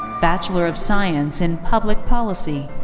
bachelor of science in public policy.